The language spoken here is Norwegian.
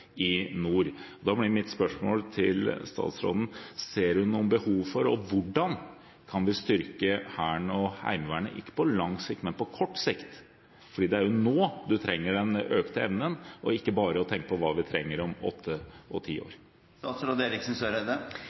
i nord. Da blir mitt spørsmål til statsråden: Ser hun noe behov for å styrke Hæren og Heimevernet, og hvordan kan vi det, ikke på lang sikt, men på kort sikt? For det er jo nå man trenger den økte evnen – ikke bare tenke på hva vi trenger om åtte og ti